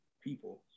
people